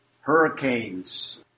Hurricanes